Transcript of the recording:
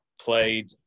played